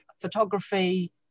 Photography